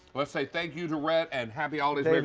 let's say thank you to rhett and happy holidays.